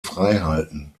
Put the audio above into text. freihalten